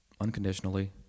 unconditionally